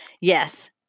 Yes